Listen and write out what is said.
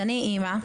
אני אימא,